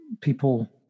people